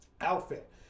outfit